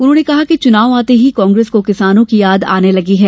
उन्होंने कहा कि चुनाव आते ही कांग्रेस को किसानो की याद आने लगी है